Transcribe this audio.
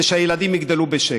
ושהילדים יגדלו בשקט,